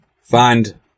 find